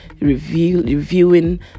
reviewing